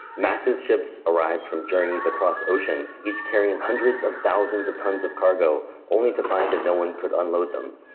massive ships arrived from journeys across oceans, each carrying hundreds of thousands of tons of cargo, only to find that no one could unload them,